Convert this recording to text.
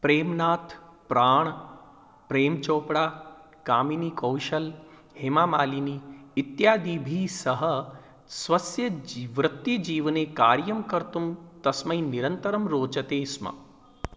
प्रेमनाथः प्राणः प्रेमचोपड़ा कामिनीकौशलः हेमामालिनी इत्यादीभिः सह स्वस्य जी वृत्तिजीवने कार्यं कर्तुं तस्मै निरन्तरं रोचते स्म